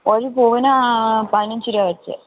ഒരു പൂവിന് പതിനഞ്ച് രൂപ വെച്ച്